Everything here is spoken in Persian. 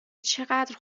چقدر